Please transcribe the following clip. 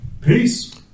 Peace